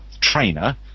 trainer